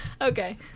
Okay